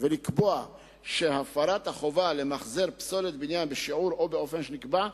ולקבוע שהפרת החובה למחזר פסולת בניין בשיעור או באופן שנקבע,